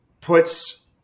puts